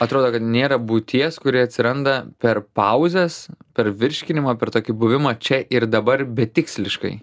atrodo kad nėra būties kuri atsiranda per pauzes per virškinimą per tokį buvimą čia ir dabar betiksliškai